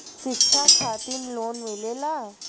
शिक्षा खातिन लोन मिलेला?